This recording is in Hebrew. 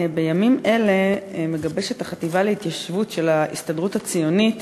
בימים אלה מגבשת החטיבה להתיישבות של ההסתדרות הציונית